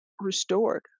restored